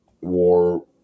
war